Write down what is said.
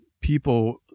people